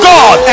God